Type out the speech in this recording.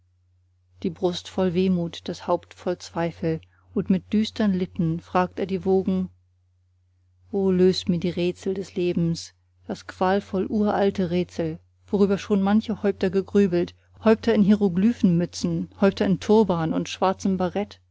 die brust voll wehmut das haupt voll zweifel und mit düstern lippen fragt er die wogen o löst mir das rätsel des lebens das qualvoll uralte rätsel worüber schon manche häupter gegrübelt häupter in hieroglyphenmützen häupter in turban und schwarzem barett